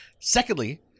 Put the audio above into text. Secondly